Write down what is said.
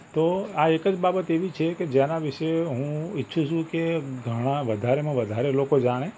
તો આ એક જ બાબત એવી છે કે જેનાં વિશે હું ઈચ્છું છું કે ઘણા વધારેમાં વધારે લોકો જાણે